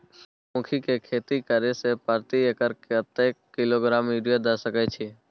सूर्यमुखी के खेती करे से प्रति एकर कतेक किलोग्राम यूरिया द सके छी?